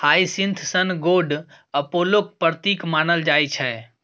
hyacinth सन गोड अपोलोक प्रतीक मानल जाइ छै